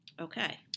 okay